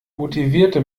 motivierte